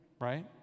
right